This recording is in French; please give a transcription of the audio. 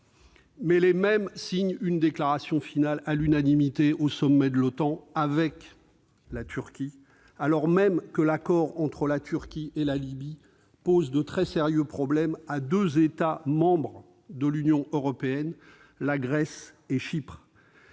sont les mêmes qui signent une déclaration finale, au sommet de l'OTAN, avec la Turquie, alors que l'accord entre la Turquie et la Libye pose de très sérieux problèmes à deux États membres de l'Union européenne : la Grèce et Chypre.